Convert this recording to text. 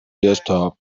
desktop